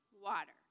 water